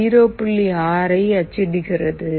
6 ஐ அச்சிடுகிறது